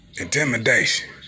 intimidation